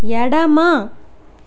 ఎడమ